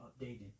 updated